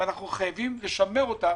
אנחנו חייבים לשמר אותה